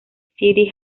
city